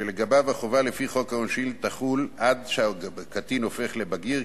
שלגביו החובה לפי חוק העונשין תחול עד שהקטין הופך לבגיר,